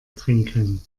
trinken